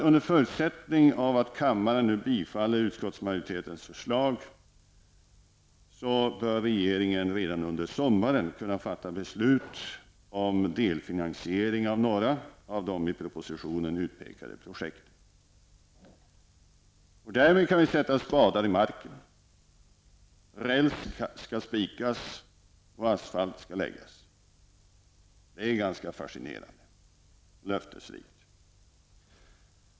Under förutsättning att kammaren bifaller utskottsmajoritetens förslag bör regeringen redan under sommaren kunna fatta beslut om delfinansiering av några av de i propositionen utpekade projekten. Spadar skall i marken, räls skall spikas och asfalt skall läggas! Det är både fascinerande och löftesrikt.